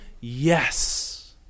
yes